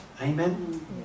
Amen